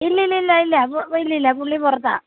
ഇല്ല ഇല്ല ഇല്ല ഇല്ല ഇല്ല ഇല്ല പുള്ളി പുറത്താണ്